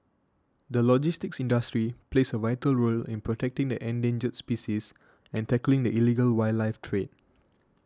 the logistics industry plays a vital role in protecting the endangered species and tackling the illegal wildlife trade